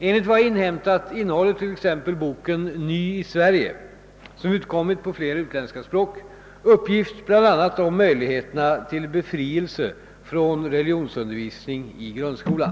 Enligt vad jag inhämtat innehåller t.ex. boken Ny i Sverige — som utkommit på flera utländska språk — uppgift bl.a. om möjligheterna till befrielse från religionsundervisning i grundskolan.